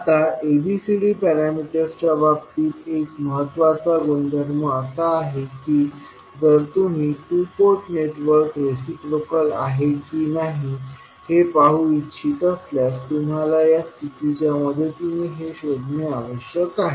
आता ABCD पॅरामीटर्सच्या बाबतीत एक महत्त्वाचा गुणधर्म असा आहे की जर तुम्ही टू पोर्ट नेटवर्क रेसिप्रोकल आहे की नाही हे पाहू इच्छित असल्यास तुम्हाला या स्थितीच्या मदतीने हे शोधणे आवश्यक आहे